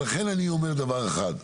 ולכן אני אומר דבר אחד.